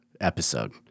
episode